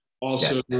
Also-